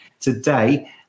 today